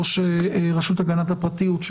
ראש רשות הגנת הפרטיות,